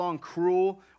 cruel